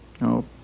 No